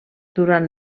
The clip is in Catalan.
durant